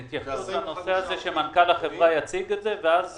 ונתייחס לנושא הזה שמנכ"ל החברה יציג את זה ואז